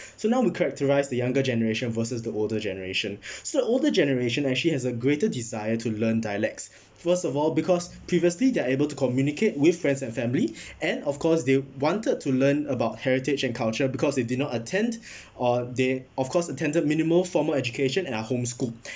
so now we characterise the younger generation versus the older generation so the older generation actually has a greater desire to learn dialects first of all because previously they're able to communicate with friends and family and of course they wanted to learn about heritage and culture because they did not attend or they of course attended minimal formal education and are homeschooled